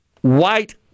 White